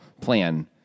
plan